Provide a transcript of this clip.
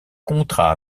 contrat